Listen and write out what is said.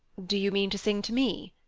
do you mean to sing to me?